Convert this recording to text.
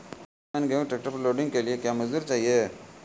बीस मन गेहूँ ट्रैक्टर पर लोडिंग के लिए क्या मजदूर चाहिए?